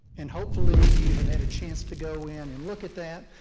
and hopefully you have had a chance to go in and look at that,